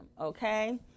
okay